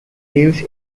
lives